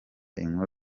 inkuru